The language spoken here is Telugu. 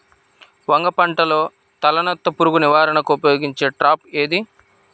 వంగ పంటలో తలనత్త పురుగు నివారణకు ఉపయోగించే ట్రాప్ ఏది?